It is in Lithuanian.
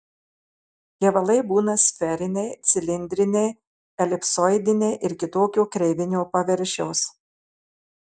kevalai būna sferiniai cilindriniai elipsoidiniai ir kitokio kreivinio paviršiaus